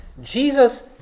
Jesus